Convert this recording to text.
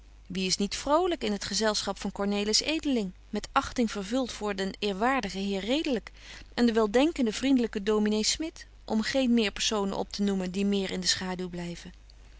wie is niet vrolyk in t gezelschap van cornelis edeling met achting vervult voor den eerwaardigen heer redelyk en den weldenkenden vriendelyken dominé smit om geen meer personen op te noemen die meer in de schaduw